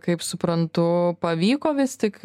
kaip suprantu pavyko vis tik